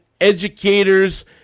educators